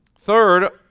Third